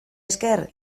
esker